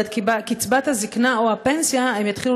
אבל את קצבת הזיקנה או הפנסיה הן יתחילו